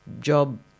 job